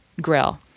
Grill